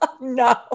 No